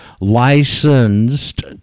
licensed